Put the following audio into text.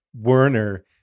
Werner